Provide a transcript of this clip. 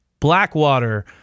Blackwater